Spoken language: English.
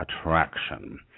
attraction